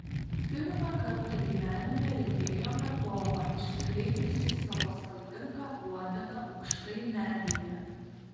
pirmą kartą gyvenime regėjome povą išskleidusį savo spalvingą uodegą aukštai medyje